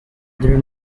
their